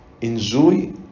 enjoy